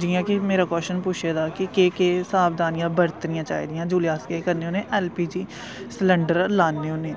जियां कि मेरा कोश्न पुच्छे दा कि केह् केह् सावधानियां बरतनियां चाहिदियां जेल्लै अस केह् करने हुन्ने एलपीजी सिलेंडर लान्ने हुन्ने